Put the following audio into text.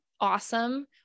awesome